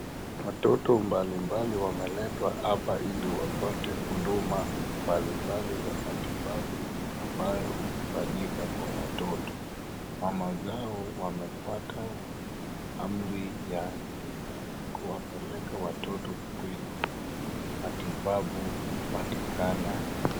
Watoto mbalimbali wameletwa hapa ili wapate huduma mbalimbali za matibabu ambayo ufanyika kwa watoto. Mama zao wamepata amri ya serikali kuwapeleka watoto kwenye matibabu upatikana.